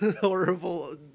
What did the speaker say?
horrible